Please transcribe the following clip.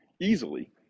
easily